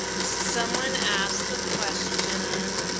ah someone asked the question.